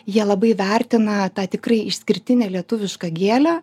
jie labai vertina tą tikrai išskirtinę lietuvišką gėlę